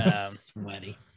sweaty